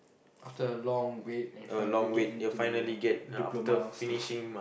after a long wait and finally you get into diploma state